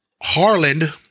Harland